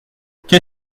qu’est